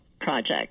project